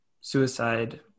suicide